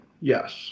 Yes